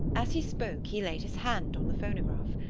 as he spoke he laid his hand on the phonograph.